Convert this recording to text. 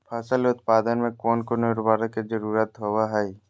फसल उत्पादन में कोन कोन उर्वरक के जरुरत होवय हैय?